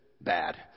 bad